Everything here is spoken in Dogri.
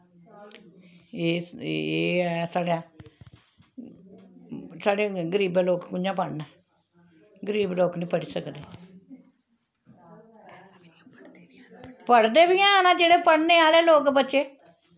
एह् एह ऐ साढ़ै साढ़े गरीब लोक कि'यां पढ़ना ऐ गरीब लोक नी पढ़ी सकदे पढ़दे बी हैन जेह्ड़े पढ़ने आह्ले लोग बच्चे